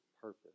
purpose